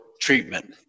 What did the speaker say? Treatment